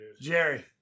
Jerry